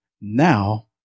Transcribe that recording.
now